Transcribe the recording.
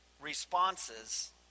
responses